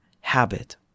habit